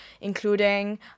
including